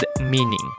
meaning